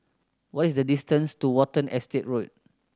what is the distance to Watten Estate Road